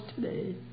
today